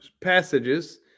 passages